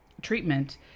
treatment